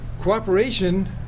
Cooperation